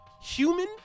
human